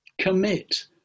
commit